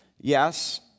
Yes